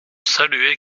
saluer